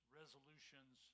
resolutions